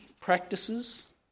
practices